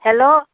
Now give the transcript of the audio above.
hello